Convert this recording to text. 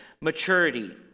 maturity